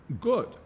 good